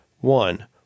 One